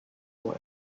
juan